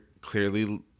clearly